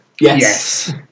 Yes